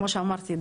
כמו שאמרתי,